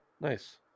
Nice